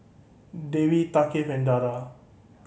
Dewi Thaqif and Dara